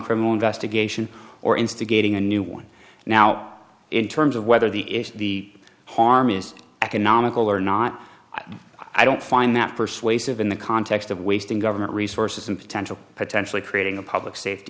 criminal investigation or instigating a new one now in terms of whether the issue the harm is economical or not i i don't find that persuasive in the context of wasting government resources and potentially potentially creating a public safety